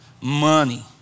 money